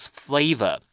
flavor